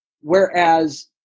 Whereas